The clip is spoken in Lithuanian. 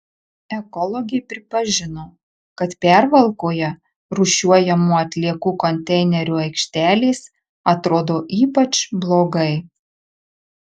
ekologė pripažino kad pervalkoje rūšiuojamų atliekų konteinerių aikštelės atrodo ypač blogai